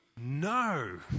No